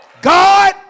God